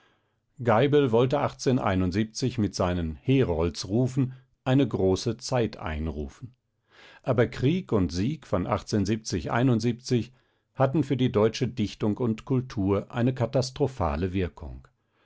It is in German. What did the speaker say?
wollte mit seinen heroldsrufen eine große zeit einrufen aber krieg und sieg von hatten für die deutsche dichtung und kultur eine katastrophale wirkung